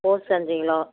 கோஸ் அஞ்சு கிலோ